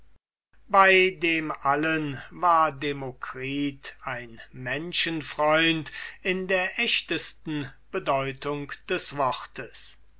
bei dem allen war demokritus ein menschenfreund in der echtesten bedeutung des worts